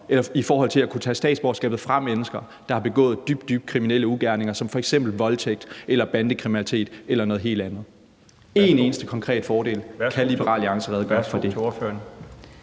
i forhold til at kunne tage statsborgerskabet fra mennesker, der har begået dybt, dybt kriminelle ugerninger som f.eks. voldtægt eller bandekriminalitet eller noget helt andet. Kan Liberal Alliance redegøre for en